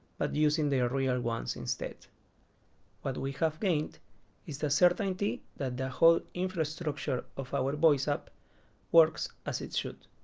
but using their real ones instead what we have gained is the certainty that the whole infrastructure of our voice app works as it should